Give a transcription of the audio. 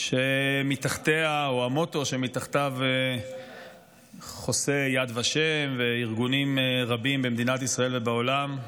או המוטו שמתחתיו חוסים יד ושם וארגונים רבים במדינת ישראל ובעולם,